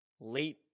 late